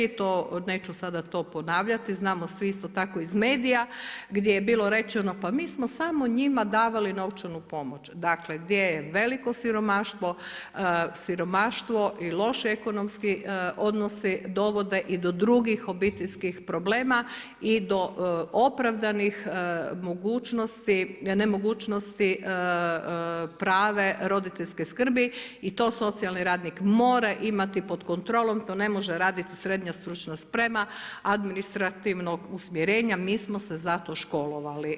Neću to neću sada to ponavljati, znamo svi isto tako iz medija gdje je bilo rečeno pa mi smo samo njima davali novčanu pomoć dakle gdje je veliko siromaštvo i loši ekonomski odnosi dovode i do drugih obiteljskih problema i do opravdanih nemogućnosti prave roditeljske skrbi i to socijalni radnik mora imati pod kontrolom, to ne može raditi srednja stručna sprema, administrativnog usmjerenja, mi smo se za to školovali.